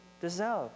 deserve